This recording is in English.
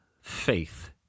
faith